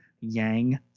Yang